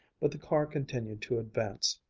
but the car continued to advance.